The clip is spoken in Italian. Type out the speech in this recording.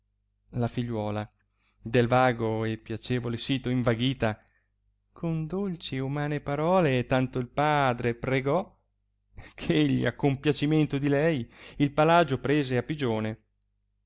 la figliuola del vago e piacevole sito invaghita con dolci ed umane parole tanto il padre pregò che egli a compiacimento di lei il palagio prese a pigione